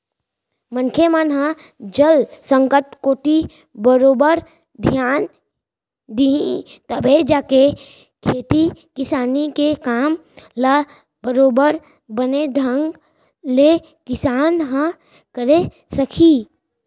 मनखे मन ह जल संकट कोती बरोबर धियान दिही तभे जाके खेती किसानी के काम ल बरोबर बने ढंग ले किसान ह करे सकही